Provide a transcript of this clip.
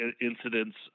incidents